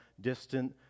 distant